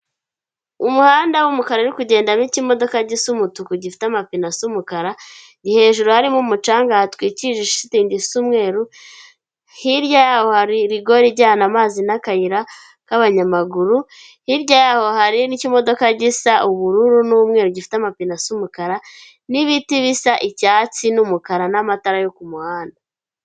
Umuhanda w'umukara uri kugendamo ikimodoka gisa umutuku gifite amapine asa umukara, hejuru harimo umucanga, hatwikishishitingi isa umweruru, hirya yaho hari rigori ijyana amazi n'akayira k'abanyamaguru, hirya yaho hari n'ikimodoka gisa ubururu n'umweru gifite amapine asa umukara, n'ibiti bisa icyatsi n'umukara, n'amatara yo ku muhanda.